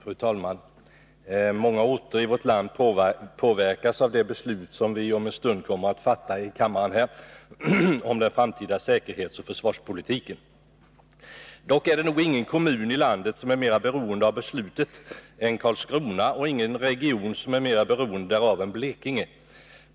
Fru talman! Många orter i vårt land påverkas av de beslut som vi om en stund kommer att fatta i kammaren om den framtida säkerhetsoch försvarspolitiken. Dock är det nog ingen kommun i landet som är mera beroende av beslutet än Karlskrona och ingen region som är mera beroende därav än Blekinge.